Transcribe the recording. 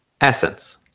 essence